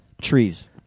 Trees